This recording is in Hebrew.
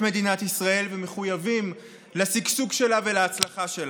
מדינת ישראל ומחויבים לשגשוג שלה ולהצלחה שלה.